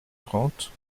trente